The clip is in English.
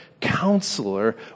counselor